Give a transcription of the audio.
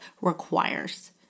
requires